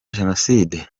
jenoside